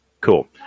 Cool